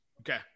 Okay